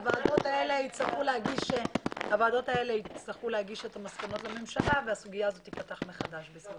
הוועדות האלה יצטרכו להגיש את המסקנות לממשלה והסוגיה הזאת תיפתח מחדש.